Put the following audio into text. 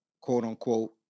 quote-unquote